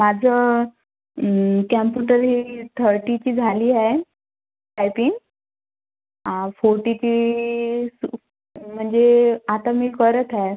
माझं कॅम्पुटर थर्टीची झाली आहे टायपिंग फोर्टीची म्हणजे आता मी करत आहे